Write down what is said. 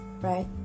right